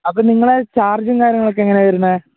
അപ്പോള് നിങ്ങളുടെ ചാർജും കാര്യങ്ങളുമൊക്കെ എങ്ങനെയാണ് വരുന്നത്